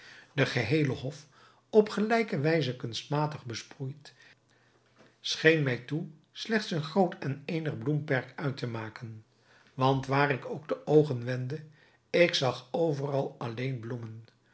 de geheele hof op gelijke wijze kunstmatig besproeid scheen mij toe slechts een groot en eenig bloemperk uit te maken want waar ik ook de oogen wendde ik zag overal alleen bloemen